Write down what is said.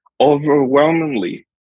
Overwhelmingly